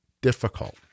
difficult